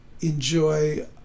enjoy